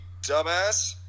dumbass